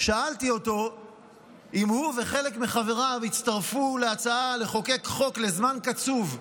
ושאלתי אותו אם הוא וחלק מחבריו יצטרפו להצעה לחוקק חוק לזמן קצוב,